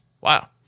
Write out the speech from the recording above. Wow